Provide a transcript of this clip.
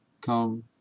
come